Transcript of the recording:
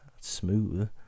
Smooth